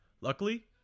luckily